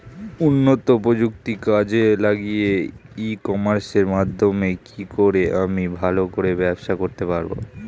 উন্নত প্রযুক্তি কাজে লাগিয়ে ই কমার্সের মাধ্যমে কি করে আমি ভালো করে ব্যবসা করতে পারব?